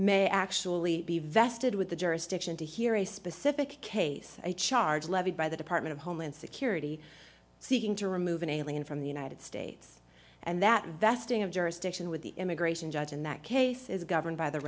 may actually be vested with the jurisdiction to hear a specific case a charge levied by the department of homeland security seeking to remove an alien from the united states and that vesting of jurisdiction with the immigration judge in that case is governed by the